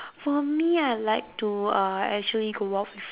for me I like to uh actually go out with